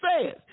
says